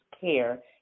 care